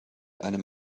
einem